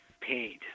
paint